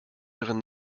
ihren